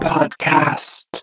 Podcast